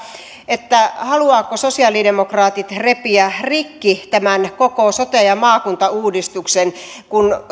haluavatko sosialidemokraatit repiä rikki tämän koko sote ja maakuntauudistuksen